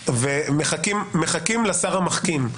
מחכים לשר המחכים...